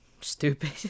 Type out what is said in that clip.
Stupid